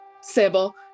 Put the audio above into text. Sybil